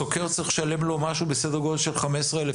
הסוקר צריך לשלם לו משהו בסדר גודל של 15 אלף